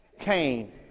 Cain